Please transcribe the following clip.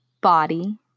body